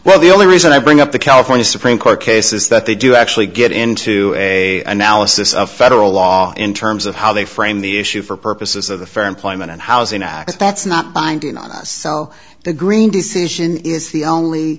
well the only reason i bring up the california supreme court case is that they do actually get into a analysis of federal law in terms of how they frame the issue for purposes of the fair employment and housing act that's not binding on us so the green decision is the only